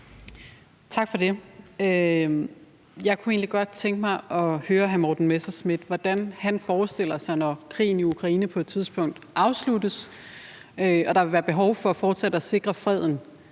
Tak for det. Jeg kunne egentlig godt tænke mig at høre hr. Morten Messerschmidt: Når krigen i Ukraine på et tidspunkt afsluttes og der vil være behov for fortsat at sikre freden